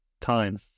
time